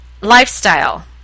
lifestyle